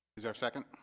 is there a second